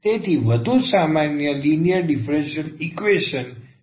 તેથી તે વધુ સામાન્ય લિનિયર ડીફરન્સીયલ ઈકવેશન નો એક ખાસ કેસ છે